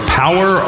power